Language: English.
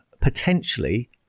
potentially